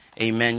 Amen